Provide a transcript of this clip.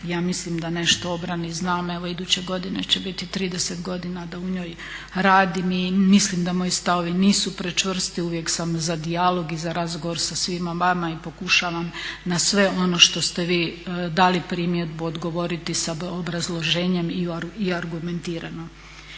Ja mislim da nešto o obrani znam, evo iduće godine će biti 30 godina da u njoj radim i mislim da moji stavovi nisu prečvrsti. Uvijek sam za dijalog i za razgovor sa svima vama i pokušavam na sve ono što ste vi dali primjedbu odgovoriti sa obrazloženjem i argumentirano.